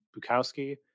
Bukowski